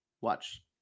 watch